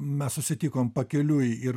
mes susitikom pakeliui ir